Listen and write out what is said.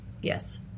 yes